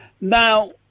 Now